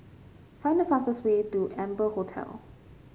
find the fastest way to Amber Hotel